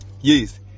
Yes